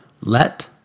let